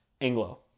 Anglo